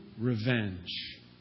revenge